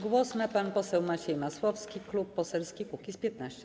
Głos ma pan poseł Maciej Masłowski, Klub Poselski Kukiz’15.